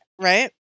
Right